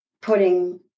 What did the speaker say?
putting